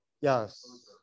Yes